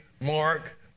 Mark